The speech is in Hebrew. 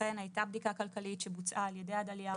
אכן הייתה בדיקה כלכלית שבוצעה על ידי עדליא.